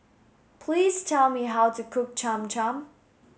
please tell me how to cook Cham Cham